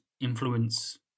influence